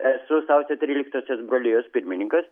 esu sausio tryliktosios brolijos pirmininkas